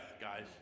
guys